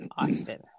austin